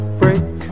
break